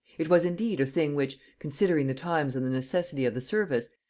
it was indeed a thing which, considering the times and the necessity of the service,